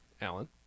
Alan